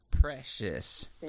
Precious